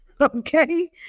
okay